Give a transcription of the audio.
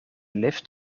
lift